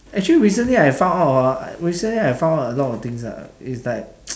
actually recently I found out hor I recently I found out a lot of things ah it's like